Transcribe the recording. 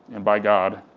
and by god,